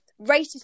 racist